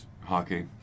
hockey